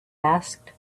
asked